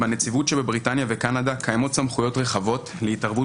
בנציבויות בבריטניה ובקנדה קיימות סמכויות רחבות להתערבות